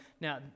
now